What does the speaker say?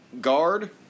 guard